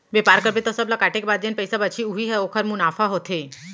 बेपार करबे त सब ल काटे के बाद जेन पइसा बचही उही ह ओखर मुनाफा होथे